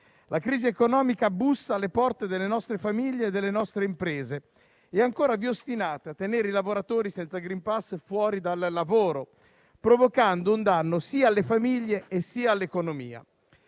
La crisi economica bussa alle porte delle nostre famiglie e delle nostre imprese e ancora vi ostinate a tenere i lavoratori senza *green pass* fuori dal lavoro, provocando un danno sia alle famiglie, sia all'economia.